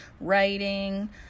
writing